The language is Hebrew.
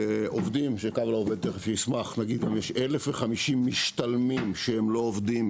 יש 1,050 משתלמים שהם לא עובדים,